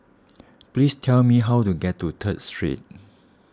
please tell me how to get to Third Street